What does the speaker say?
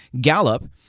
Gallup